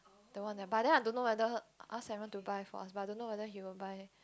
that one but then I don't know whether ask Simon to buy for us but I don't know whether he will buy